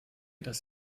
das